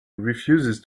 refuses